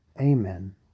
amen